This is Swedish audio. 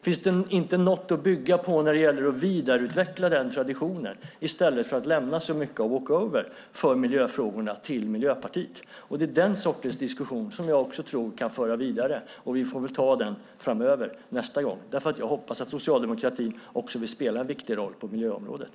Finns det inte något att bygga på när det gäller att vidareutveckla den traditionen i stället för att i miljöfrågorna lämna walk-over till Miljöpartiet? Det är den sortens diskussion jag tror kan föra vidare, och vi får ta den framöver, nästa gång. Jag hoppas att socialdemokratin vill spela en viktig roll på miljöområdet.